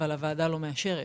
אבל הוועדה לא מאשרת,